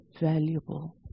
valuable